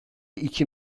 iki